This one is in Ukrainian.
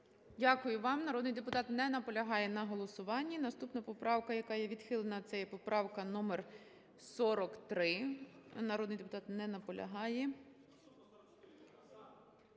Дякую вам. Народний депутат не наполягає на голосуванні. Наступна поправка, яка є відхилена, це є поправка номер 43. Народний депутат не наполягає.